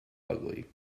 ugly